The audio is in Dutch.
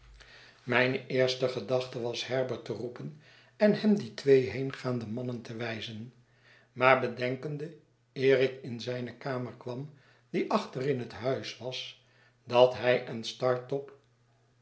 mijne eerste gedachte was herbert te roepen en hem die twee heengaande mannen tewijzen maar bedenkende eer ik in zijne kamer kwam die achter in het huis was dat hij en startop